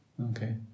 okay